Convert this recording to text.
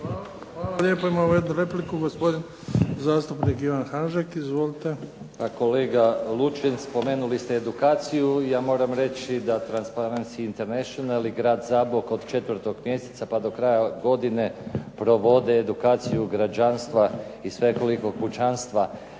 Hvala lijepa. Imamo jednu repliku, gospodin zastupnik Ivan Hanžek. Izvolite. **Hanžek, Ivan (SDP)** Pa kolega Lučin spomenuli ste edukaciju, ja moram reći da Transparency International i grad Zabok od 4. mjeseca pa do kraja godine provode edukaciju građanstva i svekolikog pučanstva